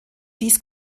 dies